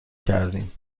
کردیم